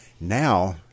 Now